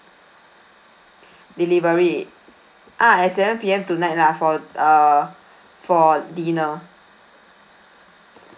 delivery ah at seven P_M tonight lah for err for dinner